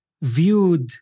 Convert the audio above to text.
viewed